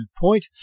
point